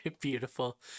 beautiful